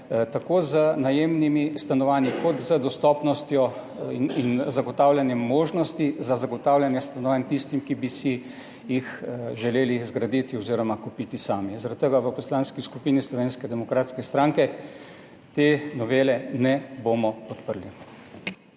tako z najemnimi stanovanji kot z dostopnostjo in zagotavljanjem možnosti za zagotavljanje stanovanj tistim, ki bi si jih želeli zgraditi oziroma kupiti sami. Zaradi tega v Poslanski skupini Slovenske demokratske stranke te novele ne bomo podprli.